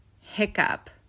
hiccup